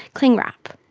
cling wrap.